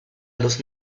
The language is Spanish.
los